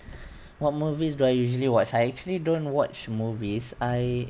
what movies do I usually watch I actually don't watch movies I